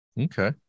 Okay